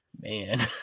man